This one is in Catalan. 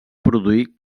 produir